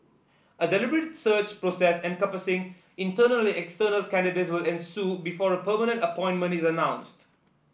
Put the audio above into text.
a deliberate search process encompassing internal and external candidates will ensue before a permanent appointment is announced